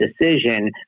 decision